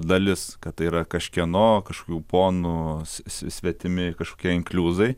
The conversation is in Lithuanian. dalis kad tai yra kažkieno kažkokių ponų svetimi kažkokie inkliuzai